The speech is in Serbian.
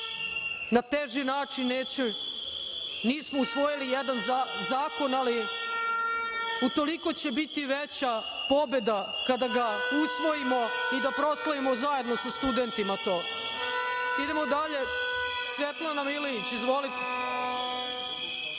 na teži način nismo usvojili jedan zakon, ali utoliko će biti veća pobeda kada ga usvojimo i da proslavimo zajedno sa studentima to. Idemo dalje. Reč ima Svetlana Milijić. Izvolite.